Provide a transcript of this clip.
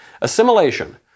Assimilation